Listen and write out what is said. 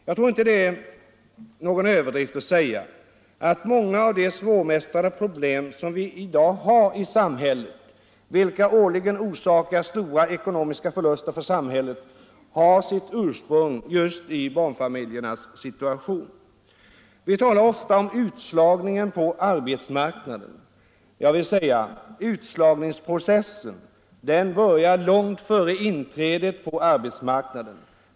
Jag tror inte det är någon överdrift att säga att många av de svårbemästrade problem som vi i dag har i samhället och som årligen orsakar stora ekonomiska förluster för samhället har sitt ursprung just i barnfamiljernas situation. Vi talar ofta om utslagningen på arbetsmarknaden. Jag vill säga att utslagningsprocessen börjar långt före inträdet på arbetsmarknaden.